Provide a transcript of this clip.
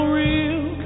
real